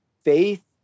faith